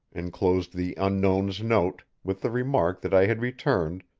inclosed the unknown's note, with the remark that i had returned,